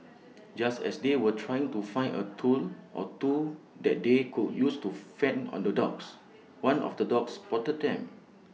just as they were trying to find A tool or two that they could use to fend on the dogs one of the dogs spotted them